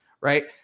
right